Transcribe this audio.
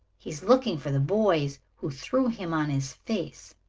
he is looking for the boys who threw him on his face.